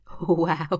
Wow